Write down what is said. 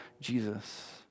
Jesus